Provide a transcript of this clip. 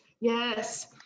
Yes